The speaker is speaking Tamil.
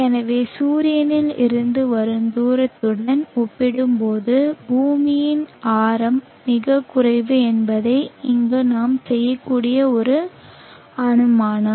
எனவே சூரியனில் இருந்து வரும் தூரத்துடன் ஒப்பிடும்போது பூமியின் ஆரம் மிகக் குறைவு என்பதே இங்கு நாம் செய்யக்கூடிய ஒரு அனுமானம்